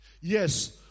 Yes